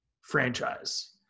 franchise